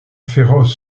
féroce